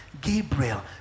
Gabriel